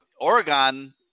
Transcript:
Oregon